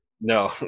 no